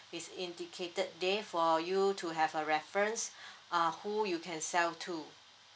is indicated there for you to have a reference uh who you can sell to